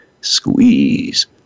Squeeze